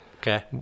Okay